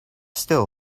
still